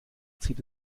zieht